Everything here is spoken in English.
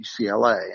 UCLA